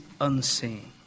unseen